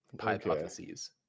hypotheses